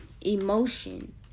emotion